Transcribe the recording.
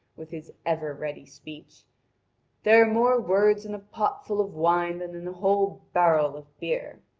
with his ever-ready speech there are more words in a pot full of wine than in a whole barrel of beer.